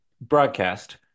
broadcast